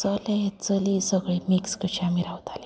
चले चली सगले मिक्स कशें आमीं रावतालीं